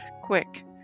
Quick